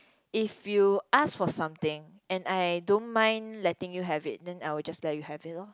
if you ask for something and I don't mind letting you have it then I will just let you have it loh